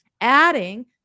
adding